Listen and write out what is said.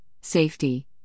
safety